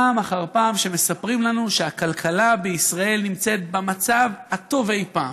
פעם אחר פעם מספרים לנו שהכלכלה בישראל נמצאת במצב הטוב אי-פעם.